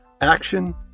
action